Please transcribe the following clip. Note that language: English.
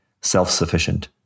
self-sufficient